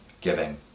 giving